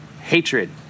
hatred